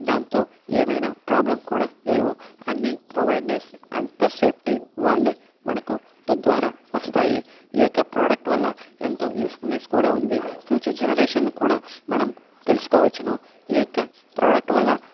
దాంతో ఏమైనా ప్రాబ్లం కూడా లేవు అన్ని ప్రొవైడ్నెస్ అంత సేఫ్టీ వాళ్లే మనకు తద్వారా వస్తాయి ఈ యొక్క ప్రాడక్ట్ వల్ల ఎంతో యూజ్ ఫుల్నెస్ కూడా ఉంది ఫ్యూచర్ జనరేషన్ కూడా మనం తెలుసుకోవచ్చును ఈ యొక్క ప్రాడక్ట్ వల్ల